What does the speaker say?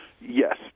Yes